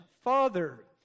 Father